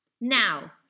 Now